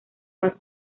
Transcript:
más